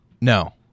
No